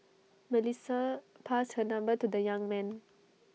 Melissa passed her number to the young man